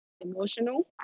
emotional